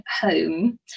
home